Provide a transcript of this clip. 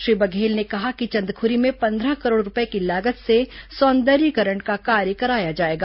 श्री बघेल ने कहा कि चंदखुरी में पंद्रह करोड़ रूपये की लागत से सौंदर्यीकरण का कार्य कराया जाएगा